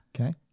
Okay